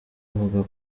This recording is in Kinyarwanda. avuga